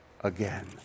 again